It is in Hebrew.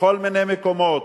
בכל מיני מקומות,